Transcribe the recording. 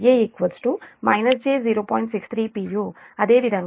189 β2 β అది 1 కు సమానం ఓకే